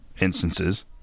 instances